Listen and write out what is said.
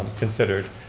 considered.